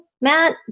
Matt